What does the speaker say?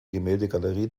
gemäldegalerie